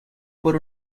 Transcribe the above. por